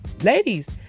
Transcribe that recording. Ladies